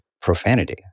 profanity